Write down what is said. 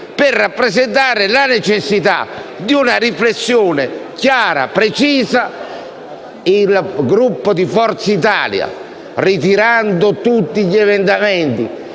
per rappresentare la necessità di una riflessione chiara e precisa. Il Gruppo di Forza Italia, ritirando tutti gli emendamenti